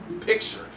picture